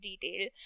detail